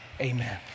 Amen